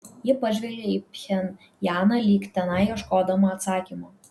ji pažvelgė į pchenjaną lyg tenai ieškodama atsakymo